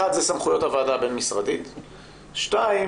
אחד, זה סמכויות הוועדה הבין משרדית, שתיים,